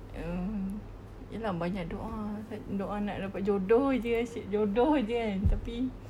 mm ya lah banyak doa ta~ doa nak rebut jodoh jer asyik jodoh jer kan tapi